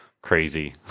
crazy